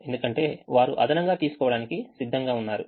ఎందుకంటే వారు అదనంగా తీసుకోవడానికి సిద్ధంగా ఉన్నారు